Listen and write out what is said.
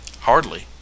Hardly